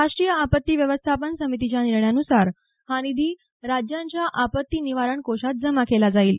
राष्ट्रीय आपत्ती व्यवस्थापन समितीच्या निर्णयान्सार हा निधी राज्यांच्या आपत्ती निवारण कोषात जमा केला जाईल